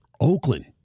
Oakland